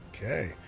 Okay